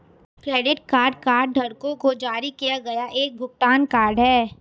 credit card कार्डधारकों को जारी किया गया एक भुगतान कार्ड है